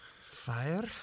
Fire